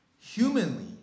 humanly